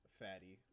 fatty